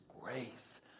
grace